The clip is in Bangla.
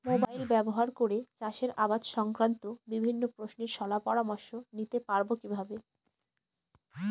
মোবাইল ব্যাবহার করে চাষের আবাদ সংক্রান্ত বিভিন্ন প্রশ্নের শলা পরামর্শ নিতে পারবো কিভাবে?